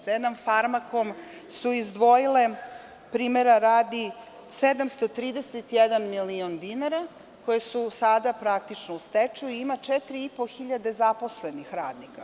Za jedan „Farmakom“ su izdvojile, primera radi, 731 milion dinara, koje su sada praktično u stečaju i ima četiri i po hiljade zaposlenih radnika.